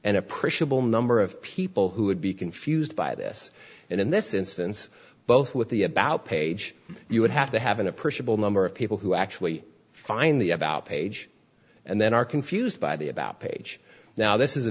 an appreciable number of people who would be confused by this and in this instance both with the about page you would have to have an appreciable number of people who actually find the about page and then are confused by the about page now this is a